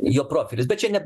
jo profilis bet čia ne